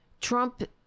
Trump